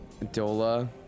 Dola